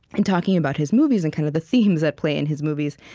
in talking about his movies and kind of the themes that play in his movies,